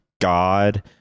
God